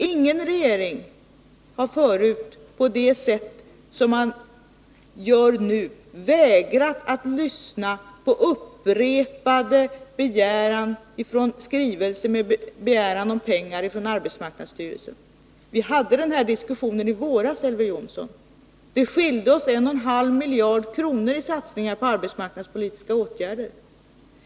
Ingen regering har förut, på det sätt som man gör nu, vägrat att lyssna på upprepade framställningar från arbetsmarknadsstyrelsen med begäran om pengar. Vi hade den här diskussionen i våras, Elver Jonsson. Det skilde oss 1,5 miljarder kronor i satsningar på arbetsmarknadspolitiska åtgärder.